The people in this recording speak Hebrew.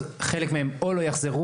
אז חלק מהם לא יחזור.